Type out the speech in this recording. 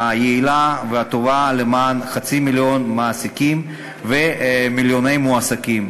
היעילה והטובה למען חצי מיליון מעסיקים ומיליוני מועסקים.